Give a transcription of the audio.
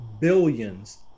billions